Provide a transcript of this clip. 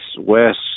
west